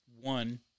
one